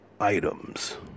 items